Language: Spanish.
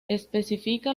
especifica